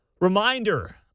Reminder